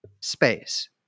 space